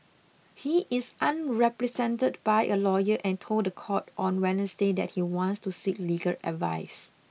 he is unrepresented by a lawyer and told the court on Wednesday that he wants to seek legal advice